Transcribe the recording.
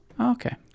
Okay